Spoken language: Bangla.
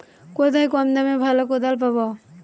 কোথায় কম দামে ভালো কোদাল পাব?